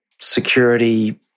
security